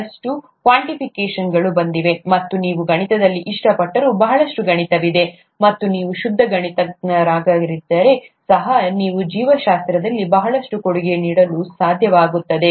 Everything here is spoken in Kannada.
ಬಹಳಷ್ಟು ಕ್ವಾಂಟಿಫಿಕೇಷನ್ಗಳು ಬಂದಿವೆ ಮತ್ತು ನೀವು ಗಣಿತವನ್ನು ಇಷ್ಟಪಟ್ಟರೂ ಬಹಳಷ್ಟು ಗಣಿತವಿದೆ ಮತ್ತು ನೀವು ಶುದ್ಧ ಗಣಿತಜ್ಞರಾಗಿದ್ದರೂ ಸಹ ನೀವು ಜೀವಶಾಸ್ತ್ರದಲ್ಲಿ ಬಹಳಷ್ಟು ಕೊಡುಗೆ ನೀಡಲು ಸಾಧ್ಯವಾಗುತ್ತದೆ